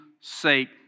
sake